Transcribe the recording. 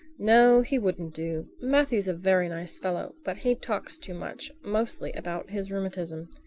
no, he wouldn't do. matthew's a very nice fellow, but he talks too much mostly about his rheumatism.